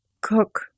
cook